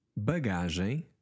Bagagem